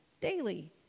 daily